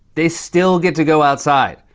they still get to go outside.